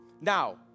Now